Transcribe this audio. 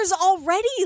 already